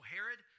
Herod